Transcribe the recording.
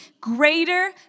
greater